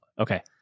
Okay